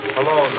Hello